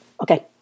Okay